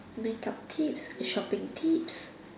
make up tips shopping tips